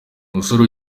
musore